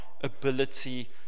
ability